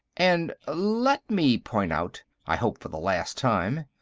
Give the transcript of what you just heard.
and let me point out, i hope for the last time,